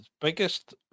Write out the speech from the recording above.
biggest